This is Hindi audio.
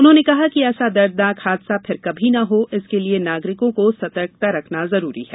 उन्होंने कहा कि ऐसा दर्दनाक हादसा फिर कभी न हो इसके लिए नागरिकों को सतर्कता रखना जरूरी है